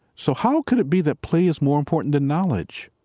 so how could it be that play is more important than knowledge?